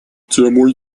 темой